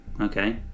Okay